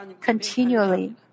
continually